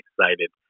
excited